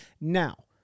now